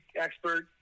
expert